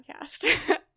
podcast